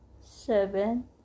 Seven